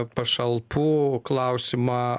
pašalpų klausimą